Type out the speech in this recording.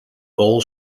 bowl